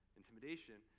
intimidation